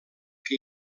que